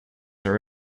are